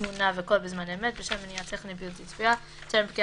תמונה וקול בזמן אמת בשל מניעה טכנית בלתי צפויה בסמוך